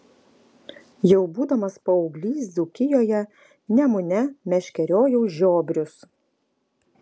jau būdamas paauglys dzūkijoje nemune meškeriojau žiobrius